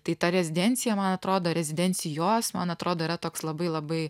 tai ta rezidencija man atrodo rezidencijos man atrodo yra toks labai labai